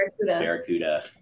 Barracuda